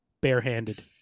barehanded